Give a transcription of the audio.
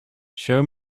show